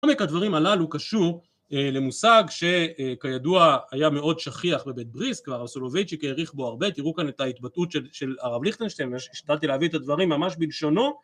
‫עומק הדברים הללו קשור למושג ‫שכידוע היה מאוד שכיח בבית בריסק, ‫והרב סולובייצ'יק האריך בו הרבה. ‫תראו כאן את ההתבטאות ‫של הרב ליכטנשטיין, ‫שהשתדלתי להביא את הדברים ‫ממש בלשונו -